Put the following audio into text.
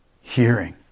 hearing